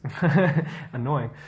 Annoying